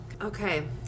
Okay